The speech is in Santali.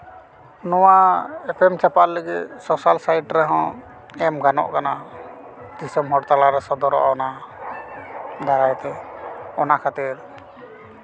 ᱱᱚᱣᱟ ᱮᱯᱮᱢ ᱪᱟᱯᱟᱞ ᱨᱮᱦᱚᱸ ᱥᱳᱥᱟᱞ ᱥᱟᱹᱭᱤᱴ ᱨᱮ ᱮᱢ ᱜᱟᱱᱚᱜ ᱠᱟᱱᱟ ᱫᱤᱥᱚᱢ ᱦᱚᱲ ᱛᱟᱞᱟᱨᱮ ᱥᱚᱫᱚᱨᱚᱜᱼᱟ ᱚᱱᱟ ᱫᱟᱨᱟᱭᱛᱮ ᱚᱱᱟ ᱠᱷᱟᱹᱛᱤᱨ